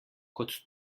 kot